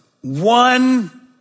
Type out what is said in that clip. one